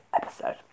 episode